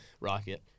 Rocket